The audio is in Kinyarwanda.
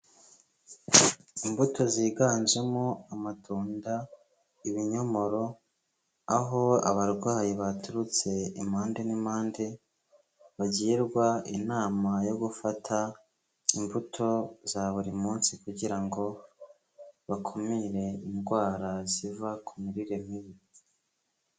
Imbuto ziganjemo amatunda, ibinyomoro, aho abarwayi baturutse impande n'impande, bagirwa inama yo gufata imbuto za buri munsi kugira ngo bakumire indwara ziva ku mirire mibi.